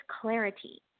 clarity